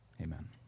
Amen